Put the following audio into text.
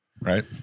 Right